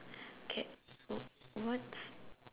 K what what's